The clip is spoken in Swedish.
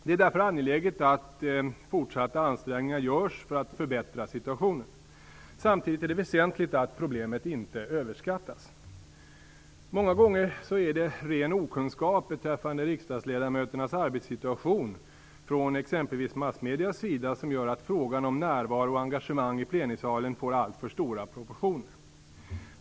Det är därför angeläget att fortsatta ansträngningar görs för att förbättra situationen. Samtidigt är det väsentligt att problemet inte överskattas. Många gånger är det ren okunskap beträffande riksdagsledamöternas arbetssituation från exempelvis massmediernas sida som gör att frågan om närvaro och engagemang i plenisalen får alltför stora proportioner.